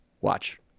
Watch